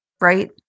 right